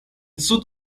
sud